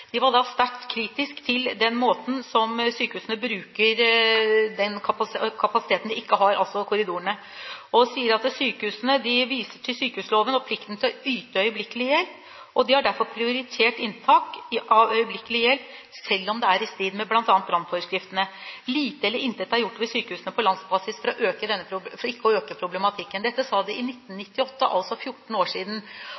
var da sterkt kritisk til den måten som sykehusene bruker den kapasiteten de ikke har, på, altså korridorene. Sykehusene viser til sykehusloven og plikten til å yte øyeblikkelig hjelp og har derfor prioritert inntak av øyeblikkelig hjelp, selv om det er i strid med bl.a. brannforskriftene. Lite eller intet er gjort ved sykehusene på landsbasis for ikke å øke problematikken. Dette sa man i 1998, altså for 14 år siden. Enda fortsetter man planlagte omlegginger, når man vet at det